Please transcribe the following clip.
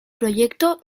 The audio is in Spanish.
proyecto